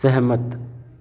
ਸਹਿਮਤ